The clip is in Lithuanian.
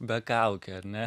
be kaukių ane